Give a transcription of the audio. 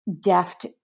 deft